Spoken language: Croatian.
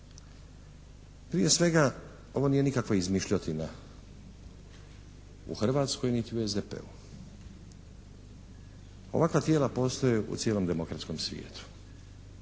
Prije svega ovo nije nikakva izmišljotina u Hrvatskoj niti u SDP-u. Ovakva tijela postoje u cijelom demokratskom svijetu.